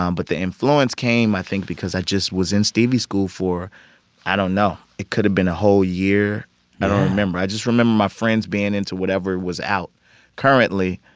um but the influence came, i think, because i just was in stevie school for i don't know it could have been a whole year yeah i don't remember. i just remember my friends being into whatever was out currently.